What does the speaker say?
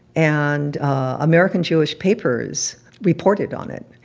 and american jewish papers reported on it,